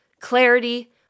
clarity